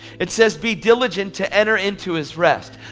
it says be diligent to enter into his rest.